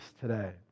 today